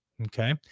okay